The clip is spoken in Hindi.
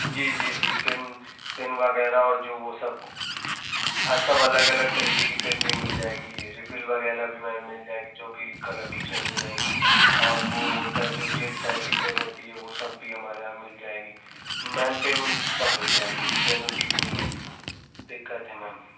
जी जी जी पेन पेन वग़ैरह और जो वह सब और सब अलग अलग तरीके की पेन भी मिल जाएगी रिफ़िल वग़ैरह भी मैम मिल जाएगी जो भी कलर की चाहिए रहेगी और वह होता है जो टाइप की पेन होती है वह सब भी हमारे यहाँ मिल जाएगी मैम पेन वेन भी सब मिल जाएगी पेन उसकी कोई नहीं दिक्कत है मैम